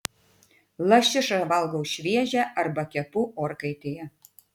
lašišą valgau šviežią arba kepu orkaitėje